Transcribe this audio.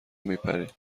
میپرید